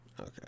Okay